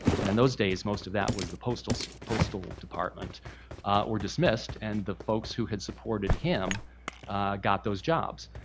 and in those days most of that was the postal sort of postal department were dismissed. and the folks who had supported him got those jobs.